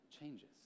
changes